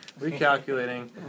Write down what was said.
recalculating